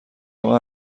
اقا